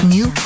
New